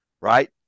Right